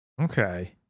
Okay